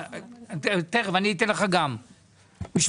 בבקשה.